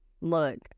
look